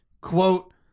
quote